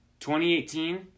2018